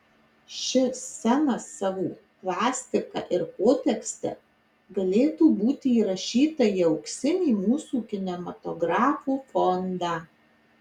ši scena savo plastika ir potekste galėtų būti įrašyta į auksinį mūsų kinematografo fondą